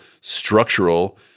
structural